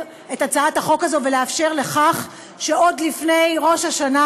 את הצעת החוק הזו ועוד לפני ראש השנה,